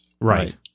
right